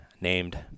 named